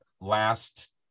last